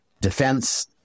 defense